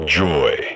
joy